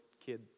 kid